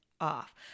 off